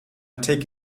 take